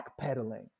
backpedaling